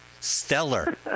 stellar